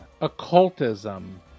Occultism